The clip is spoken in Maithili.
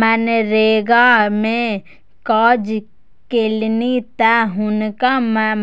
मनरेगा मे काज केलनि तँ हुनका